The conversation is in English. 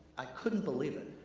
i couldn't believe it.